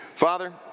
Father